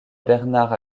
bernard